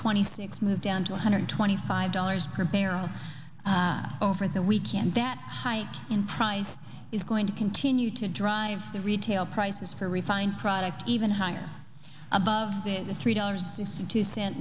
twenty six moved down to one hundred twenty five dollars per barrel over the weekend that in price is going to continue to drive the retail prices for refined products even higher above the three dollars sixty two cent